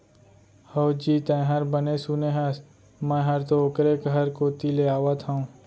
हवजी, तैंहर बने सुने हस, मैं हर तो ओकरे घर कोती ले आवत हँव